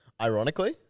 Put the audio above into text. Ironically